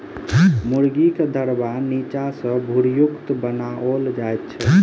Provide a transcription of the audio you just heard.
मुर्गीक दरबा नीचा सॅ भूरयुक्त बनाओल जाइत छै